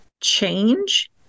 change